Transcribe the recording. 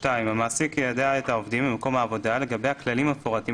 (2)המעסיק יידע את העובדים במקום העבודה לגבי הכללים המפורטים